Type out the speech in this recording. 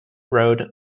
road